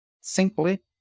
simply